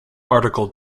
article